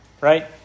Right